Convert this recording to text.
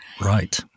Right